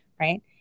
right